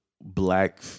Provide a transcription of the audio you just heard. black